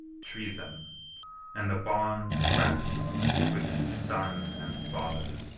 treason and the bond cracked twixt son and father.